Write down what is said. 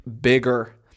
bigger